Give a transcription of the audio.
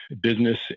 business